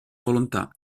volontà